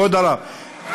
כבוד הרב,